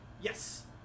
Yes